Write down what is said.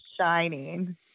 shining